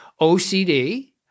OCD